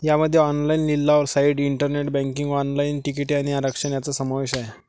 यामध्ये ऑनलाइन लिलाव site, internet banking, online तिकिटे आणि आरक्षण यांचा समावेश आहे